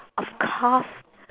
of course